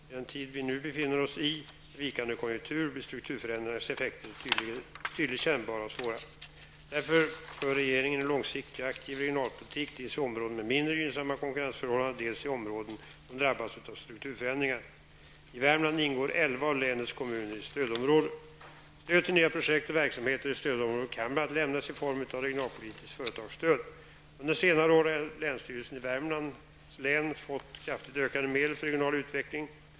I den tid vi befinner oss i nu, med vikande konjunktur, blir strukturförändringarnas effekter tydligt kännbara och svåra. Därför för regeringen en långsiktig och aktiv regionalpolitik, dels i områden med mindre gynnsamma konkurrensförhållanden, dels i områden som drabbats av strukturförändringar. I Värmland ingår elva av länets kommuner i stödområde. Stöd till nya projekt och verksamheter i stödområdet kan bl.a. lämnas i form av regionalpolitiskt företagsstöd. Under senare år har länsstyrelsen i Värmlands län fått kraftigt ökade medel för regional utveckling.